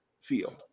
field